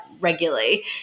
regularly